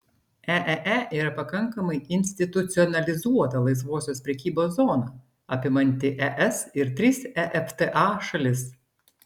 eee yra pakankamai institucionalizuota laisvosios prekybos zona apimanti es ir tris efta šalis